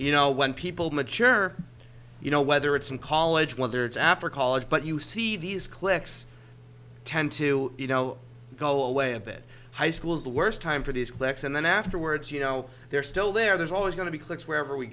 you know when people mature you know whether it's in college whether it's after college but you see these cliques tend to you know go away a bit high schools the worst time for these cliques and then afterwards you know they're still there there's always going to be cliques wherever we